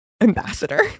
ambassador